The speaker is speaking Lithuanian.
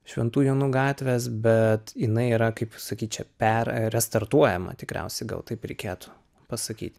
šventų jonų gatvės bet jinai yra kaip sakyt čia perver restartuojama tikriausiai gal taip reikėtų pasakyt